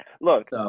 look